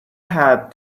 had